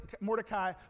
Mordecai